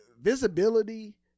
visibility